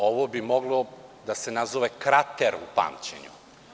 Ovo bi moglo da se nazove krater u pamćenju.